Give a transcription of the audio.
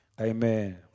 Amen